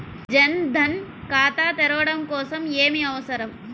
జన్ ధన్ ఖాతా తెరవడం కోసం ఏమి అవసరం?